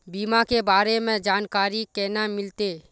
बीमा के बारे में जानकारी केना मिलते?